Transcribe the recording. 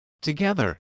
Together